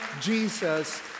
Jesus